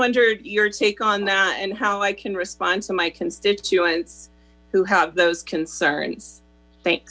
wondered your take on that and how i can respond to my constituents who have those concern